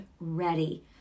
ready